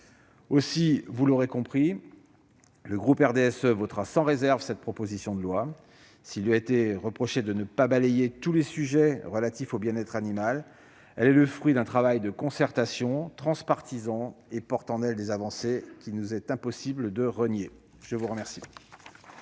Aussi, vous l'aurez compris, le groupe du RDSE votera sans réserve cette proposition de loi. S'il lui a été reproché de ne pas balayer tous les sujets relatifs au bien-être animal, elle est le fruit d'un travail de concertation transpartisan et porte en elle des avancées qu'il nous est impossible de renier. La parole